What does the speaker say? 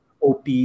OP